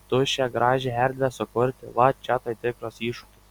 tuščią gražią erdvę sukurti va čia tai tikras iššūkis